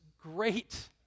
great